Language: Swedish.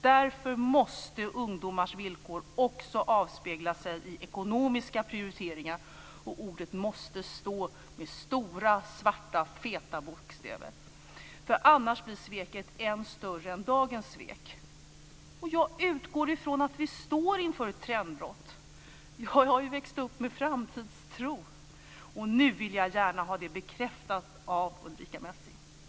Därför måste ungdomars villkor också avspegla sig i ekonomiska prioriteringar och ordet måste stå med stora svarta feta bokstäver. Annars blir sveket ännu större än dagens svek. Jag utgår från att vi står inför ett trendbrott. Jag har ju växt upp med framtidstro, och nu vill jag gärna ha detta bekräftat av Ulrica Messing. Tack!